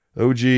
OG